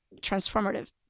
transformative